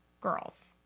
girls